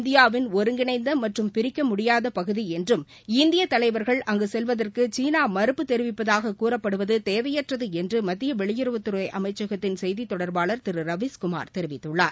இந்தியாவின் ஒருங்கிணைந்த மற்றும் பிரிக்க முடியாத பகுதி என்றும் இந்திய தலைவர்கள் அங்கு செல்வதற்கு சீனா மறப்பு தெரிவிப்பதாக கூறப்படுவது தேவையற்றது என்று மத்திய வெளியுறவுத்துறை அமைச்சகத்தின் செய்தித் தொடர்பாளர் திரு ரவீஷ்குமார் தெரிவித்துள்ளார்